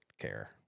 care